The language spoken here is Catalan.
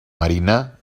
marina